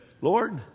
Lord